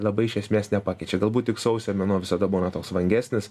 labai iš esmės nepakeičia galbūt tik sausio mėnuo visada būna toks vangesnis